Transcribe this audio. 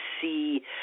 see